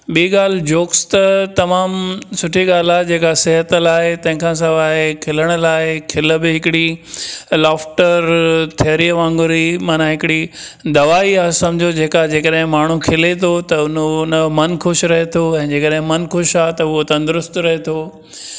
ॿीं ॻाल्हि जोक्स त तमामु सुठी ॻाल्हि आहे जेका सिहत लाइ तंहिंखां सवाइ खिलण लाइ खिल बि हिकिड़ी लॉफ्टर थेरीअ वांगुर ई मना हिकिड़ी दवाई आहे सम्झो जेका जेकॾहिं माण्हू खिले थो त उन जो उहो मन ख़ुशि रहे थो जेकॾहिं मन ख़ुशि आहे त उहो तंदुरुस्तु रहे थो